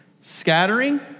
Scattering